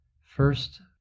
First